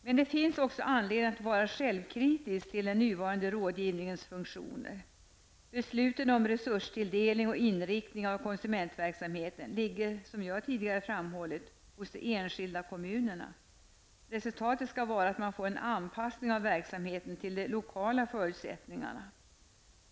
Men det finns också anledning att vara självkritisk till den nuvarande rådgivningens funktioner. Besluten om resurstilldelning och inriktning av konsumentverksamheten ligger, som jag tidigare framhållit, hos de enskilda kommunerna. Resultatet skall vara att få en anpassning av verksamheten till de lokala förutsättningarna.